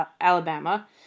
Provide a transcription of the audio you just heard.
Alabama